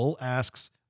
asks